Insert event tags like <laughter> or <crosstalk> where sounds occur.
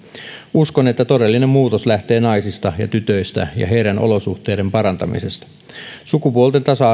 uskon että todellinen muutos lähtee naisista ja tytöistä ja heidän olosuhteidensa parantamisesta sukupuolten tasa <unintelligible>